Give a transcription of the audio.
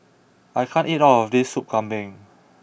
I can't eat all of this Sop Kambing